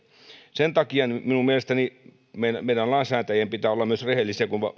sen takia minun mielestäni meidän lainsäätäjien pitää myös olla rehellisiä